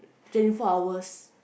twenty four hours